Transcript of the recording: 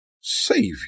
Savior